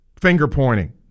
Finger-pointing